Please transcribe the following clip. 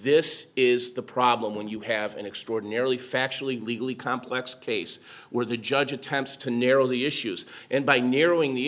this is the problem when you have an extraordinarily factually legally complex case where the judge attempts to narrow the issues and by narrowing the